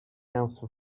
house